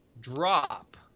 drop